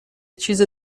چیز